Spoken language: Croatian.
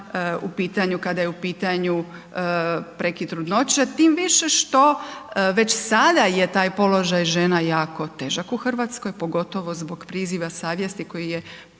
u pitanju, kada je u pitanju prekid trudnoće, tim više što već sada je taj položaj žena jako težak u RH, pogotovo zbog priziva savjesti koji je